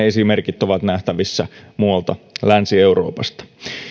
esimerkit ovat nähtävissä muualla länsi euroopassa